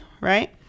Right